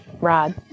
Rod